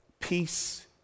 peace